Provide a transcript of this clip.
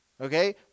okay